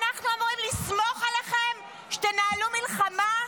ואנחנו אמורים לסמוך עליכם שתנהלו מלחמה,